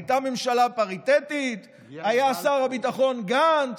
הייתה ממשלה פריטטית, היה שר הביטחון גנץ.